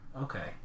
okay